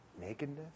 nakedness